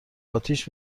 آتیش